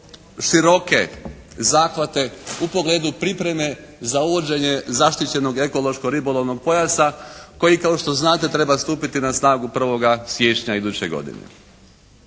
široke zahvate u pogledu pripreme za uvođenje zaštićenog ekološko-ribolovnog pojasa koji kao što znate treba stupiti na snagu 1. siječnja iduće godine.